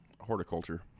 Horticulture